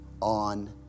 on